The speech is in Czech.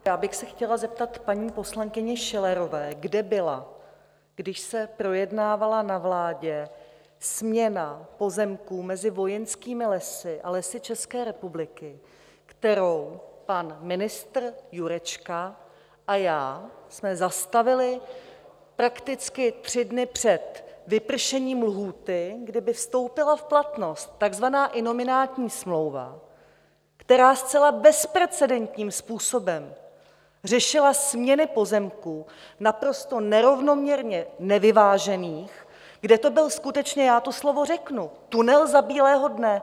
Já bych se chtěla zeptat paní poslankyně Schillerové, kde byla, když se projednávala na vládě směna pozemků mezi Vojenskými lesy a Lesy ČR, kterou pan ministr Jurečka a já jsme zastavili prakticky tři dny před vypršením lhůty, kdy by vstoupila v platnost takzvaná inominátní smlouva, která zcela bezprecedentním způsobem řešila směny pozemků naprosto nerovnoměrně nevyvážených, kde to byl skutečně, já to slovo řeknu, tunel za bílého dne.